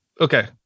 Okay